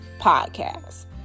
podcast